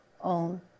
own